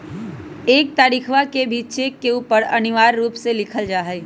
एक तारीखवा के भी चेक के ऊपर अनिवार्य रूप से लिखल जाहई